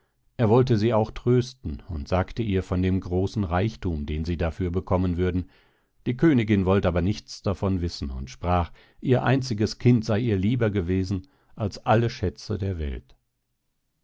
er wollte sie auch trösten und sagte ihr von dem großen reichthum den sie dafür bekommen würden die königin wollt aber nichts davon wissen und sprach ihr einziges kind sey ihr lieber gewesen als alle schätze der welt